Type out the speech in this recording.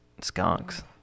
Skunks